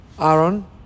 Aaron